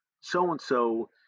so-and-so